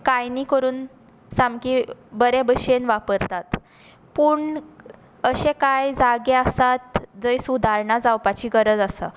कांय न्ही करून सामकें बरे बशेन वापरतात पूण अशें कांय जागे आसात जंय सुदारणां जावपाची गरज आसा